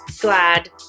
glad